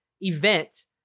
event